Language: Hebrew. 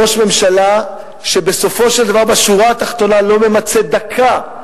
ראש ממשלה שבסופו של דבר בשורה התחתונה לא ממצה דקה,